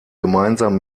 gemeinsam